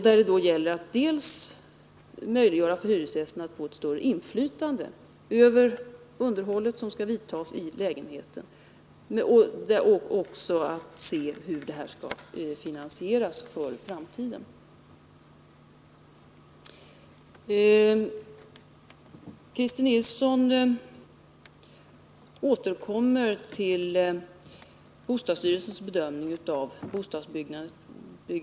Där gäller det dels att möjliggöra för hyresgästerna att få ett större inflytande över det underhåll som skall vidtas i lägenheten, dels att se hur detta skall finansieras för framtiden. Christer Nilsson återkommer till bostadsstyrelsens bedömning av bostadsbyggandet i år.